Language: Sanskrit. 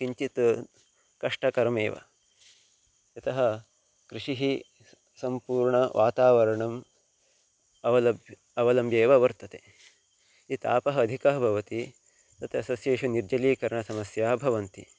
किञ्चित् कष्टकरमेव यतः कृषिः सम्पूर्णवातावरणम् अवलम्ब्य अवलम्ब्य एव वर्तते यत्र तापः अधिकः भवति तत्र सस्येषु निर्जलीकरणसमस्याः भवन्ति